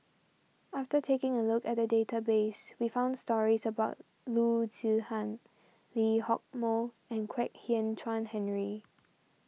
after taking a look at the database we found stories about Loo Zihan Lee Hock Moh and Kwek Hian Chuan Henry